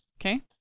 Okay